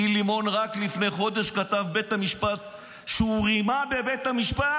גיל לימון רק לפני חודש כתב שהוא רימה בבית המשפט.